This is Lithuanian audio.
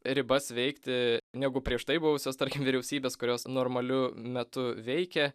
ribas veikti negu prieš tai buvusios tarkim vyriausybės kurios normaliu metu veikė